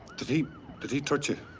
did he did he touch you?